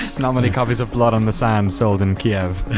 not many copies of blood on the sand sold in kiev?